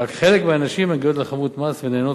ורק חלק מהנשים מגיעות לחבות מס ונהנות